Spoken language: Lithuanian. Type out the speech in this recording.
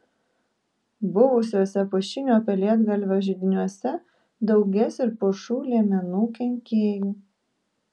buvusiuose pušinio pelėdgalvio židiniuose daugės ir pušų liemenų kenkėjų